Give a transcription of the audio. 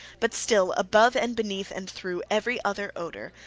but still, above and beneath and through every other odor,